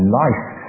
life